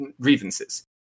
grievances